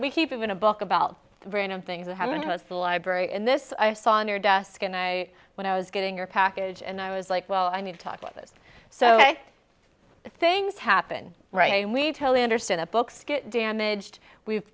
we keep him in a book about the brain and things that happen to us the library and this i saw in her desk and i when i was getting her package and i was like well i need to talk with us so things happen right and we totally understand that books get damaged we've